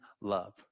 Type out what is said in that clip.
love